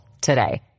today